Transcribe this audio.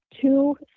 two